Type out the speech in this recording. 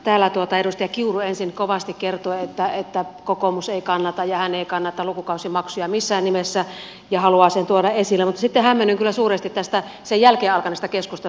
täällä edustaja kiuru ensin kovasti kertoi että kokoomus ei kannata ja hän ei kannata lukukausimaksuja missään nimessä ja haluaa sen tuoda esille mutta sitten hämmennyin kyllä suuresti tästä sen jälkeen alkaneesta keskustelusta